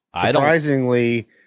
surprisingly